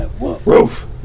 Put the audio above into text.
Roof